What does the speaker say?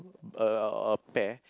uh or pair